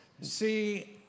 See